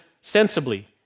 sensibly